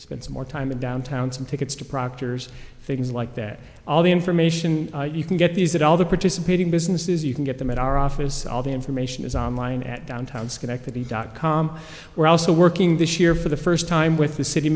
spends more time in downtown some tickets to proctor's things like that all the information you can get these at all the participating businesses you can get them at our office all the information is online at downtown schenectady dot com we're also working this year for the first time with the city